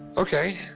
ok.